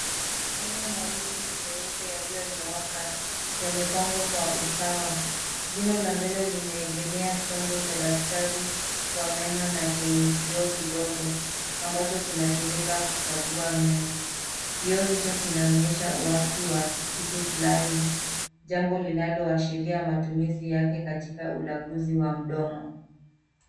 Meno mawili meupe yaliyonyooka yamepangwa kwa usawa. Jino la mbele limeegemea chombo cha daktari wa meno na chenye kioo kidogo ambacho kinatumika kukagua meno. Kioo hicho kinaonyesha uwaksi wa kitu flani, jambo linaloashiria matumizi yake katika ulaguzi wa mdomo.